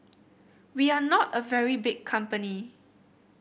we are not a very big company